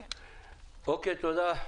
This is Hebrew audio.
תודה.